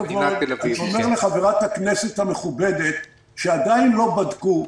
אני אומר לחברת הכנסת המכובדת שעדיין לא בדקו,